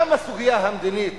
גם הסוגיה המדינית